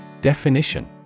Definition